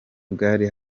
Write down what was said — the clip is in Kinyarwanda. bwari